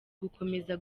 gukomeza